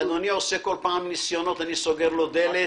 שאדוני עושה כל פעם ניסיונות אני סוגר לו דלת